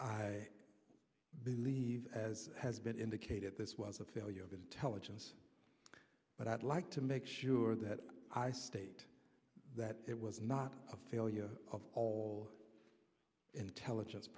i believe as has been indicated this was a failure of intelligence but i'd like to make sure that i state that it was not a failure of all intelligence